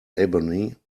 ebony